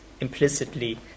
implicitly